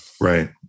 Right